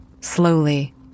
slowly